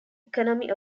economy